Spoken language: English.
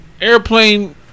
airplane